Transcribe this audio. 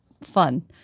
fun